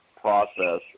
process